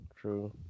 true